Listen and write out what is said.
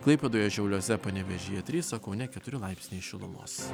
klaipėdoje šiauliuose panevėžyje trys o kaune keturi laipsniai šilumos